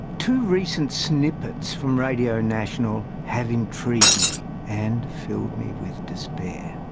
two recent snippets from radio national have intrigued me and filled me with despair.